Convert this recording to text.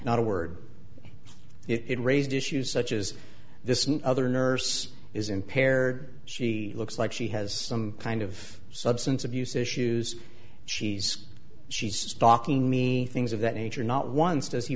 not a word it raised issues such as this other nurse is impaired she looks like she has some kind of substance abuse issues she's she's stalking me things of that nature not once does he